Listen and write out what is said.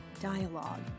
dialogue